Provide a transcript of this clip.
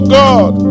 god